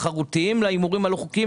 תחרותיים להימורים הלא חוקיים,